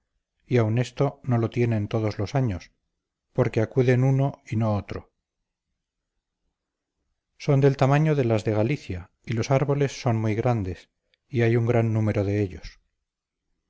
y aun esto no lo tienen todos los años porque acuden uno y otro no son del tamaño de las de galicia y los árboles son muy grandes y hay un gran número de ellos